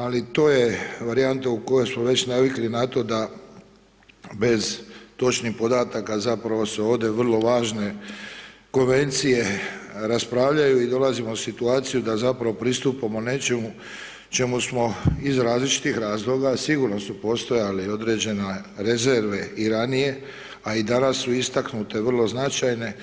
Ali to je varijanta u kojoj smo već navikli na to da bez točnih podataka zapravo se ode vrlo važne konvencije raspravljaju i dolazimo u situaciju da zapravo pristupamo nečemu čemu smo iz različitih razloga sigurno su postojale određene rezerve i ranije, a i danas su istaknute vrlo značajne